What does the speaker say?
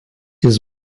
jis